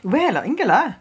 where lah எங்க:engga lah